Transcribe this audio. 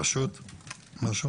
מישהו